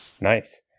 Nice